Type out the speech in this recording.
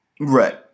Right